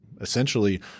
Essentially